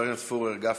חברי הכנסת פורר, גפני,